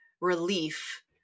relief